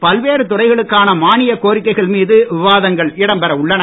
பல்வேறு துறைகளுக்கான மானிய கோரிக்கைகள் மீது விவாதங்கள் இடம்பெற உள்ளன